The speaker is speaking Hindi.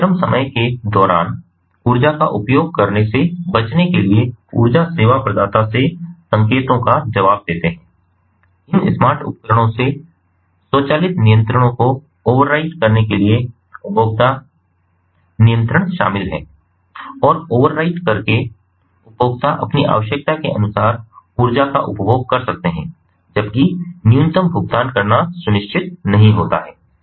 वे चरम समय के दौरान ऊर्जा का उपयोग करने से बचने के लिए ऊर्जा सेवा प्रदाता से संकेतों का जवाब देते हैं इन स्मार्ट उपकरणों में स्वचालित नियंत्रणों को ओवरराइड करने के लिए उपभोक्ता नियंत्रण शामिल हैं और ओवरराइड करके उपभोक्ता अपनी आवश्यकता के अनुसार ऊर्जा का उपभोग कर सकते हैं जबकि न्यूनतम भुगतान करना सुनिश्चित नहीं होता है